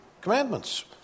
commandments